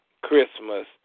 Christmas